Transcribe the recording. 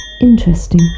Interesting